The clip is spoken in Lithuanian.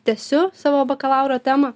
tęsiu savo bakalauro temą